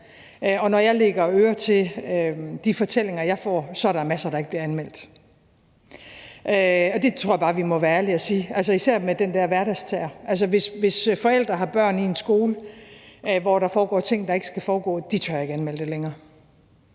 og når jeg lægger øre til de fortællinger, jeg får, så hører jeg, at der er masser, der ikke bliver anmeldt, og det tror jeg bare vi må være ærlige at sige, især i forbindelse med den der hverdagsterror. Altså, forældre, der har børn i en skole, hvor der foregår ting, der ikke skal foregå, tør ikke længere